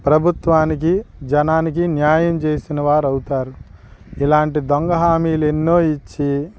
ప్రభుత్వానికి జనానికి న్యాయం చేసిన వారు అవుతారు ఇలాంటి దొంగ హామీలు ఎన్నో ఇచ్చి